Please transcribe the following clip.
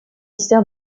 sert